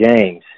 James